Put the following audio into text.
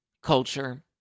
Culture